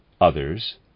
others